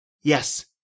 Yes